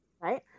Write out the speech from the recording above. right